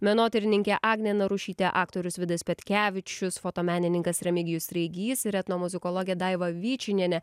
menotyrininkė agnė narušytė aktorius vidas petkevičius fotomenininkas remigijus treigys ir etnomuzikologė daiva vyčinienė